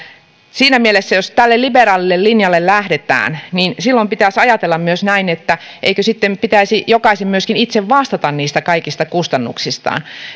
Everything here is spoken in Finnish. siinä mielessä jos tälle liberaalille linjalle lähdetään silloin pitäisi ajatella myös näin että eikö sitten pitäisi jokaisen myöskin itse vastata kaikista kustannuksistaan